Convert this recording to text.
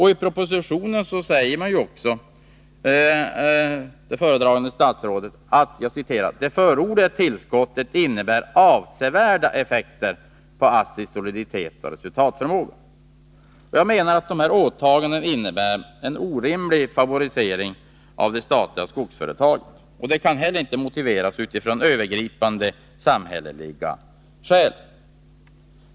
I propositionen säger också föredragande statsrådet: ”Det förordade tillskottet innebär avsevärda effekter på ASSI:s soliditet och resultatförmåga.” Jag anser att dessa åtaganden innebär en orimlig favorisering av det statliga skogsföretaget. Det kan heller inte motiveras utifrån övergripande samhälleliga skäl.